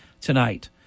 tonight